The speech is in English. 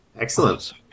Excellent